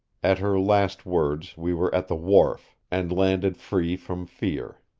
at her last words we were at the wharf, and landed free from fear.